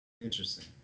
Interesting